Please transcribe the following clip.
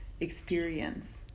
experience